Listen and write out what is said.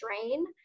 drain